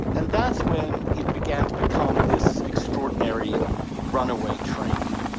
and that's when it began to become this extraordinary runaway train